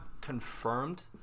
confirmed